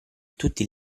tutti